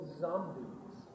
zombies